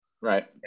Right